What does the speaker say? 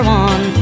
one